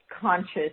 conscious